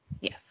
Yes